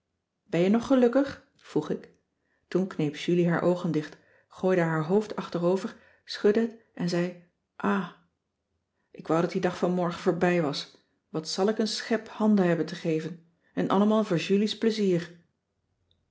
ben je nog gelukkig vroeg ik toen kneep julie haar oogen dicht gooide haar hoofd achterover schudde het en zei ah ik wou dat die dag van morgen voorbij was wat zal ik een schep handen hebben te geven en allemaal voor julies plezier